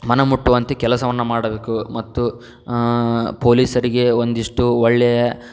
ಮನ ಮುಟ್ಟುವಂತೆ ಕೆಲಸವನ್ನು ಮಾಡಬೇಕು ಮತ್ತು ಪೊಲೀಸರಿಗೆ ಒಂದಷ್ಟು ಒಳ್ಳೆಯ